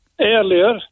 earlier